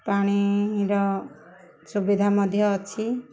ପାଣିର ସୁବିଧା ମଧ୍ୟ ଅଛି